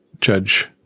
judge